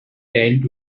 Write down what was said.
tent